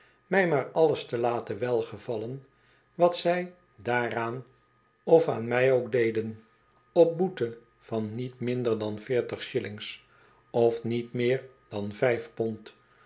mij maar alles te laten welgevallen wat zij daaraan of aan mij ook deden op boete van niet minder dan veertig shillings of niet meer dan vijf pond